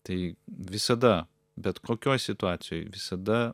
tai visada bet kokioj situacijoj visada